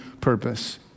purpose